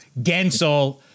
Gensel